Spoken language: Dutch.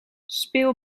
speel